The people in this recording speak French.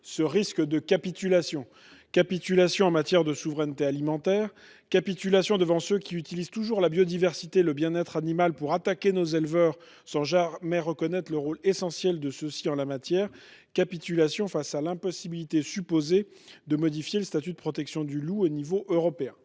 une éventuelle capitulation. Capitulation en matière de souveraineté alimentaire ; capitulation devant ceux qui utilisent toujours la biodiversité et le bien être animal pour attaquer nos éleveurs sans jamais reconnaître le rôle essentiel de ceux ci en la matière ; capitulation face à l’impossibilité supposée de modifier le statut de protection du loup au niveau européen.